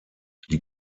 die